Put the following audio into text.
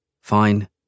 Fine